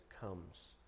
comes